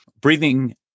Breathing